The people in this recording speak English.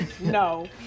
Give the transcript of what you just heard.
no